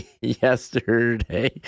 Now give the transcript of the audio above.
yesterday